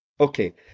Okay